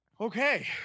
Okay